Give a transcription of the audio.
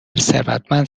ثروتمند